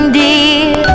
dear